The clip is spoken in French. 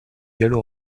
gallo